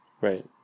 right